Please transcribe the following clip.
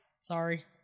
Sorry